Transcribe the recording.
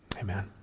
Amen